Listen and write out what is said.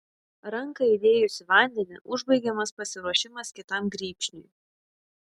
ranką įdėjus į vandenį užbaigiamas pasiruošimas kitam grybšniui